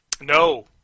No